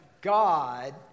God